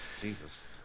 Jesus